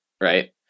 Right